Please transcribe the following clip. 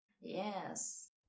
Yes